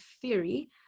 theory